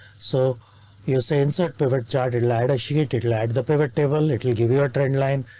so you say insert pivot chart lidar. she ate. it led the pivot table. it will give you a trend line.